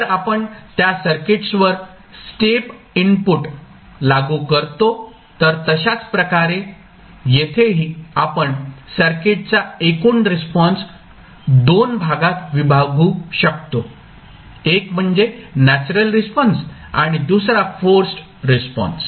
जर आपण त्या सर्किट्सवर स्टेप इनपुट लागू करतो तर तशाच प्रकारे येथेही आपण सर्किटचा एकूण रिस्पॉन्स दोन भागात विभागू शकतो एक म्हणजे नॅचरल रिस्पॉन्स आणि दुसरा फोर्सड रिस्पॉन्स